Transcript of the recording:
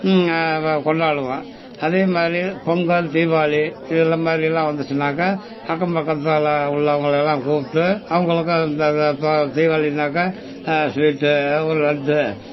நாங்கள் கொண்டாடுவோம் அதே மாதிரி பொங்கல் தீபாவளி இதில் மாதிரிலாம் வந்துச்சுன்னாக்கா அக்கம் பக்கத்தில் உள்ளவங்களெல்லாம் கூப்பிட்டு அவங்களுக்கும் அந்த தீவாளின்னாக்கால் ஸ்வீட்டு எதாவது ஒரு லட்டு